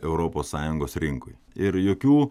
europos sąjungos rinkoj ir jokių